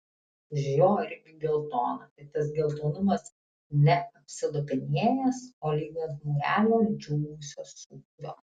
už jo irgi geltona tik tas geltonumas ne apsilupinėjęs o lyg ant mūrelio džiūvusio sūrio